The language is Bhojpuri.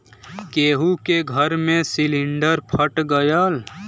केहु के घर मे सिलिन्डर फट गयल